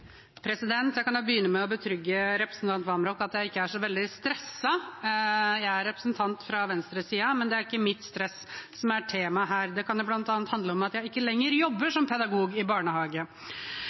så veldig stresset. Jeg er representant fra venstresiden, men det er ikke mitt stress som er temaet her. Det kan jo bl.a. handle om at jeg ikke lenger jobber som pedagog i barnehage.